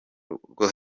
rwo